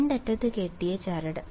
രണ്ടറ്റത്ത് കെട്ടിയ ചരട്